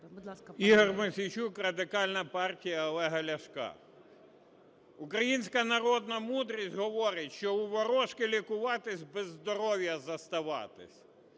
Ігор Мосійчук, Радикальна партія Олега Ляшка. Українська народна мудрість говорить, що у ворожки лікуватись – без здоров'я зоставатись.